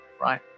Right